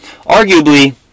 Arguably